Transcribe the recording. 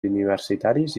universitaris